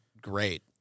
great